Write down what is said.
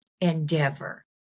endeavor